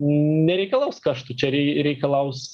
nereikalaus kaštų čia reikalaus